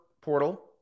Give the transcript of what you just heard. portal